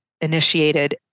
initiated